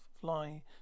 fly